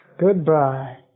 Goodbye